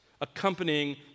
accompanying